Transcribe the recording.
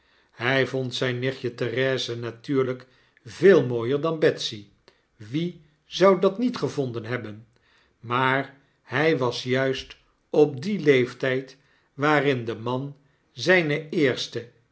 hy vond zyn nichtje therese natuurlijk veel mooier dan betsy wie zou dat nietgevonden hebben maar hy was juist op dien leeftyd waarin de man zyne eerste